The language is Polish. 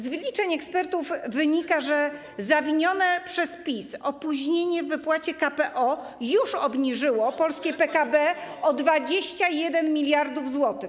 Z wyliczeń ekspertów wynika, że zawinione przez PiS opóźnienie w wypłacie pieniędzy z KPO już obniżyło polskie PKB o 21 mld zł.